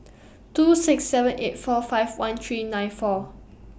two six seven eight four five one three nine four